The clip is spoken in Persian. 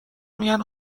میگن